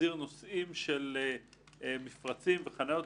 להסדיר נושאים של מפרצים וחניות.